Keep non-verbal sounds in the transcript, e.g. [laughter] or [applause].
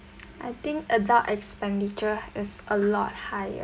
[noise] I think adult expenditure is a lot higher